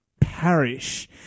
parish